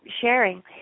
sharing